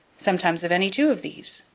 sometimes of any two of these,